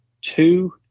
two